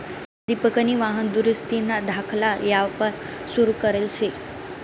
दिपकनी वाहन दुरुस्तीना धाकला यापार सुरू करेल शे